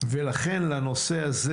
לנושא הזה